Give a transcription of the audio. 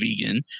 vegan